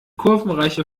kurvenreiche